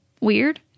weird